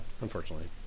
unfortunately